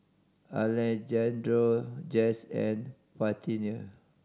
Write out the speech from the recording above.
Alejandro Jess and Parthenia